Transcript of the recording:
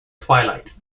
twilight